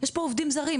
יש פה עובדים זרים,